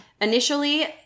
Initially